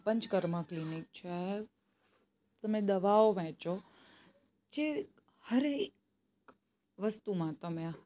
પંચ કર્મ ક્લિનિક છે તમે દવાઓ વહેંચો જે હરેક વસ્તુમાં તમે